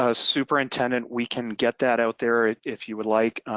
ah superintendent, we can get that out there if you would like.